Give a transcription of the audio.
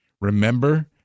Remember